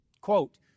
quote